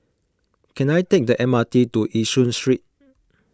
can I take the M R T to Yishun Street